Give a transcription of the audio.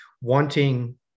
wanting